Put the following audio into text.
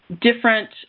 different